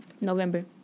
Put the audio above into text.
November